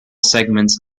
segments